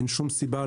אין שום סיבה,